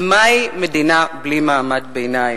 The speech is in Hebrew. ומהי מדינה בלי מעמד ביניים?